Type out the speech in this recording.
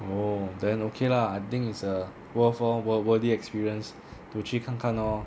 oh then okay lah I think is a worthwhile wor~ worthy experience to 去看看 lor